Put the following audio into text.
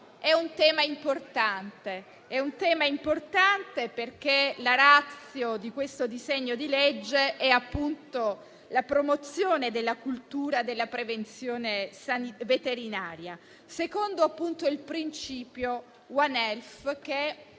È un tema importante perché la *ratio* di questo disegno di legge è, appunto, la promozione della cultura della prevenzione veterinaria secondo l'approccio « *One Health*